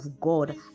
God